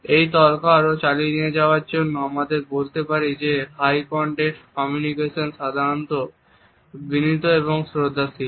এই তর্ক আরো চালিয়ে নিয়ে যাবার জন্য আমরা বলতে পারি যে হাই কন্টেক্সট কমিউনিকেশন সাধারণত বিনীত এবং শ্রদ্ধাশীল